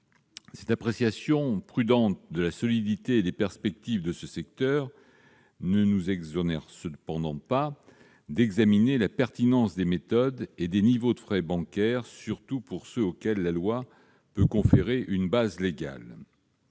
Cette appréciation prudente de la solidité et des perspectives de ce secteur ne nous exonère cependant pas d'examiner la pertinence des méthodes et des niveaux de frais bancaires, surtout pour ceux auxquels la loi peut conférer une base légale.